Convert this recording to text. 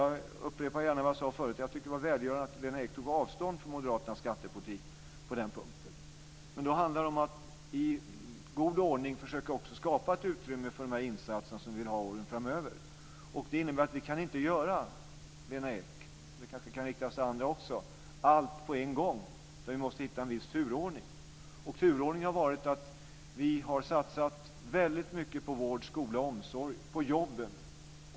Jag upprepar gärna det som jag sade förut. Jag tycker att det var välgörande att Lena Ek tog avstånd från moderaternas skattepolitik på den punkten, men det handlar också om att i god ordning försöka skapa ett utrymme för de insatser som vi vill göra åren framöver. Det innebär, Lena Ek och kanske också andra, att vi inte kan göra allt på en gång, utan vi måste hitta en viss turordning. Turordningen har varit att vi har satsat väldigt mycket på vården, skolan, omsorgen och jobben.